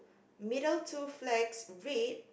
middle two flags red